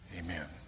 amen